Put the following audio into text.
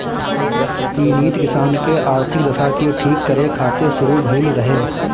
इ नीति किसान के आर्थिक दशा के ठीक करे खातिर शुरू भइल रहे